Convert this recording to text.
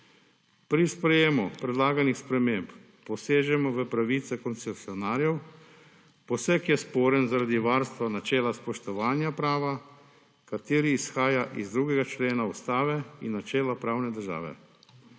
Pri sprejemu predlaganih sprememb posežemo v pravice koncesionarjev, poseg je sporen zaradi varstva načela spoštovanja prava, kateri izhaja iz 2. člena Ustave in načela pravne države.